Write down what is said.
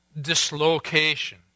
dislocation